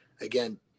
again